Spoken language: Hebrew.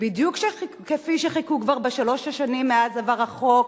בדיוק כפי שחיכו כבר בשלוש השנים מאז עבר החוק,